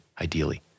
ideally